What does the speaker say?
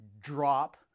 drop